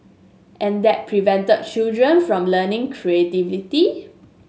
and that prevented children from learning creatively